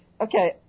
Okay